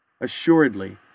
Assuredly